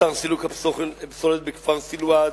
אתר סילוק הפסולת בכפר סילואד,